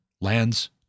lands